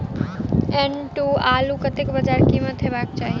एक टन आलु केँ कतेक बजार कीमत हेबाक चाहि?